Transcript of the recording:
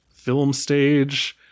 filmstage